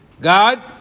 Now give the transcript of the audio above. God